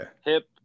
hip